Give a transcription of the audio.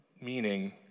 meaning